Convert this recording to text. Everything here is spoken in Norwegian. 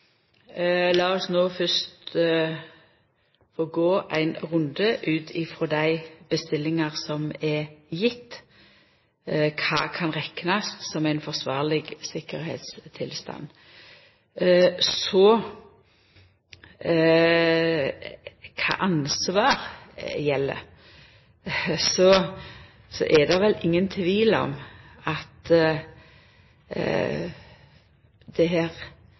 oss no fyrst få gå ein runde ut ifrå dei bestillingane som er gjevne og kva som kan reknast som ein forsvarleg tryggleikstilstand. Når det gjeld kva ansvar som gjeld, er det vel ingen tvil om at det